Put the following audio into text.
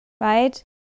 right